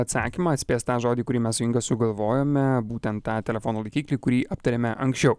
atsakymą atspės tą žodį kurį mes su inga sugalvojome būtent tą telefono laikiklį kurį aptarėme anksčiau